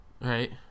Right